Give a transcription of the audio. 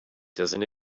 doesn’t